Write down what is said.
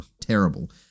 Terrible